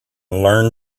learn